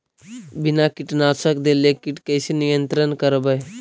बिना कीटनाशक देले किट कैसे नियंत्रन करबै?